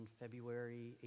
February